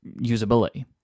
usability